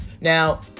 Now